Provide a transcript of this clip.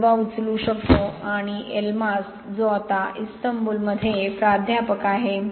Alva उचलू शकतो आणि एल्मास जो आता इस्तंबूलमध्ये प्राध्यापक आहे